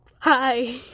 Hi